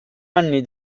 anni